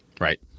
Right